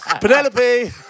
Penelope